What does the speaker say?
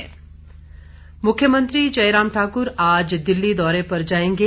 मुख्यमंत्री मुख्यमंत्री जयराम ठाक्र आज दिल्ली दौरे पर जाएंगे